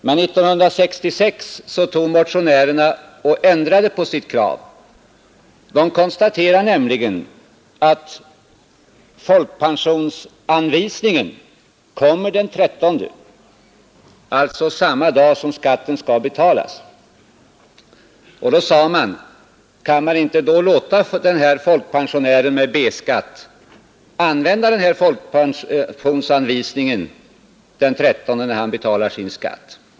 Men 1966 ändrade motionärerna sitt krav. De konstaterade nämligen att folkpensionsanvisningen kommer den 13, alltså samma dag som skatten skall betalas, och då sade de: Kan man inte låta den här folkpensionären med B-skatt använda folkpensionsanvisningen den 13, när han betalar sin skatt?